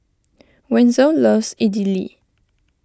Wenzel loves Idili